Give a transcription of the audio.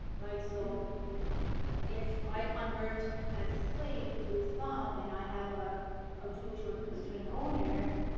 right. so if i convert as a slave to islam and i have ah a jewish or a christian owner,